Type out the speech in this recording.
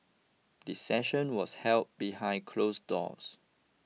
the session was held behind closed doors